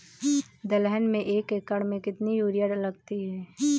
दलहन में एक एकण में कितनी यूरिया लगती है?